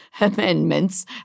Amendments